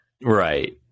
Right